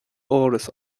áras